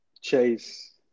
Chase